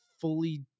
fully